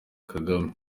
kagame